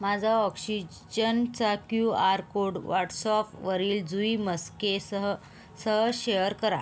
माझा ऑक्सिज्जनचा Q R code व्हॉटसऑफवरील जुई मस्केसह सह शेअर करा